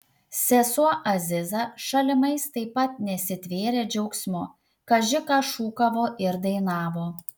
sesuo aziza šalimais taip pat nesitvėrė džiaugsmu kaži ką šūkavo ir dainavo